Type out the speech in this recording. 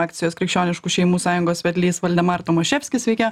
akcijos krikščioniškų šeimų sąjungos vedlys valdemar tomaševski sveikia